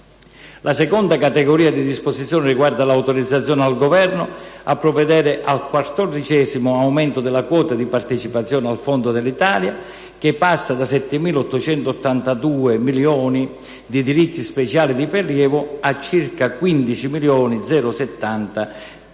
La seconda categoria di disposizioni riguarda l'autorizzazione al Governo a provvedere al quattordicesimo aumento della quota di partecipazione al Fondo dell'Italia, che passa da 7.882 milioni a circa 15.070 milioni